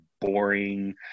boring